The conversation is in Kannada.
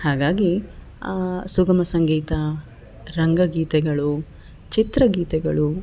ಹಾಗಾಗಿ ಸುಗಮ ಸಂಗೀತ ರಂಗ ಗೀತೆಗಳು ಚಿತ್ರಗೀತೆಗಳು